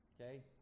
Okay